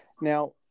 Now –